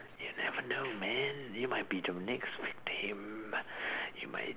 you never know man you might be the next victim you might